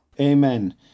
Amen